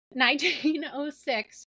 1906